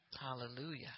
Hallelujah